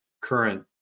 current